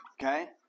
Okay